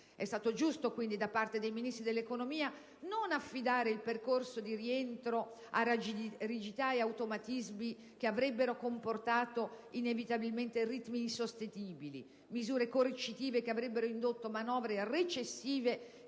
È stato giusto, quindi, da parte dei Ministri dell'economia non affidare il percorso di rientro a rigidità e automatismi che avrebbero comportato inevitabilmente ritmi insostenibili, misure coercitive che avrebbero indotto manovre recessive